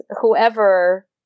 whoever